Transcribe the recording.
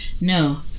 No